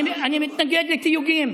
אבל ליברמן, אני מתנגד לתיוגים.